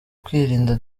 kwirinda